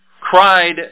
cried